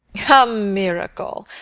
miracle!